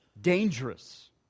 dangerous